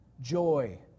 joy